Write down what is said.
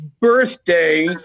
birthday